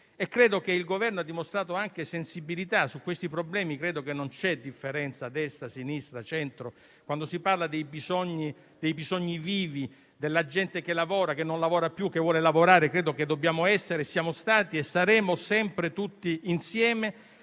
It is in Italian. Credo che il Governo abbia dimostrato sensibilità su questi problemi e ritengo non vi sia differenza tra destra, sinistra e centro; quando si parla dei bisogni vivi, della gente che lavora o che non lavora più e che vuole lavorare, dobbiamo essere, siamo stati e saremo sempre tutti insieme.